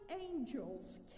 angels